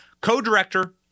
co-director